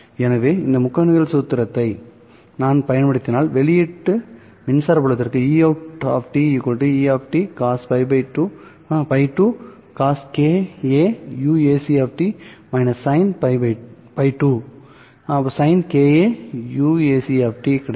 எனவே இந்த முக்கோணவியல் சூத்திரத்தை நான் பயன்படுத்தினால் வெளியீட்டு மின்சார புலத்திற்கு Eout E¿ cos π2 cos k A uac −sin ⁡ π2 sin kA uac கிடைக்கும்